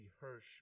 Hirsch